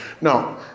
No